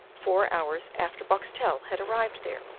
four hours after boxtel had arrived there.